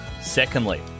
Secondly